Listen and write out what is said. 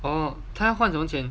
oh 他要换什么钱